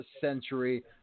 century